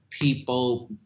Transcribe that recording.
people